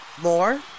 more